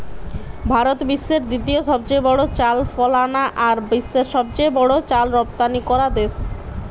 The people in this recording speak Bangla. ভারত বিশ্বের দ্বিতীয় সবচেয়ে বড় চাল ফলানা আর বিশ্বের সবচেয়ে বড় চাল রপ্তানিকরা দেশ